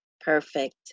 Perfect